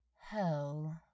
Hell